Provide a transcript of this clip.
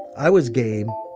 i was game.